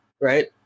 right